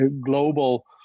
global